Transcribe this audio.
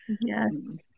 yes